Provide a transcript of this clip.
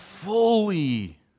fully